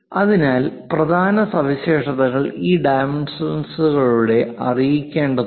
അതിനാൽ പ്രധാന സവിശേഷതകൾ ഈ ഡൈമെൻഷൻകളിലൂടെ അറിയിക്കേണ്ടതുണ്ട്